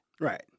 Right